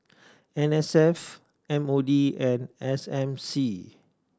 N S F M O D and S M C